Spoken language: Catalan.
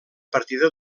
partida